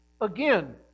again